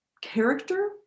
character